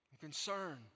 Concern